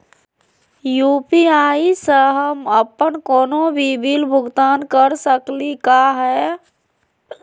UPI स हम अप्पन कोनो भी बिल भुगतान कर सकली का हे?